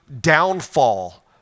downfall